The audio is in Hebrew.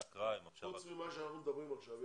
חוץ ממה שאנחנו אומרים עכשיו,